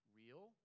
real